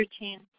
routine